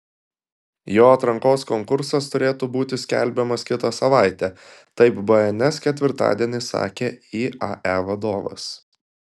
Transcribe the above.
jo atrankos konkursas turėtų būti skelbiamas kitą savaitę taip bns ketvirtadienį sakė iae vadovas